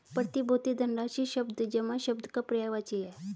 प्रतिभूति धनराशि शब्द जमा शब्द का पर्यायवाची है